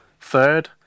third